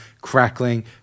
crackling